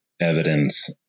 evidence